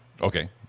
Okay